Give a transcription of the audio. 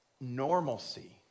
normalcy